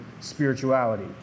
spirituality